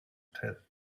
tell